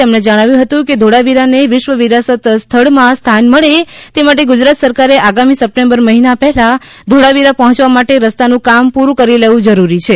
તેમને જણાવ્યું હતું કે ધોળાવીરાને વિશ્વ વિરાસત સ્થળ માં સ્થાન મળે તે માટેગુજરાત સરકારે આગામી સપ્ટેમ્બર મહિના પહેલા ધોળાવીરા પહોંચવા માટે રસ્તાનું કામ પૂરું કરી લેવું જરૂરી છે